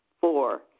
Four